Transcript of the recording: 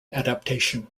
adaptation